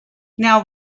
now